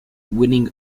winning